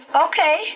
okay